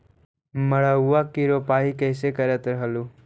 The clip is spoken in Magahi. मड़उआ की रोपाई कैसे करत रहलू?